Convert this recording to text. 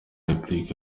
républicains